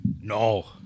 No